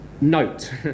Note